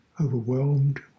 overwhelmed